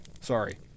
Sorry